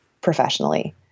professionally